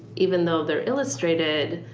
even though they're illustrated,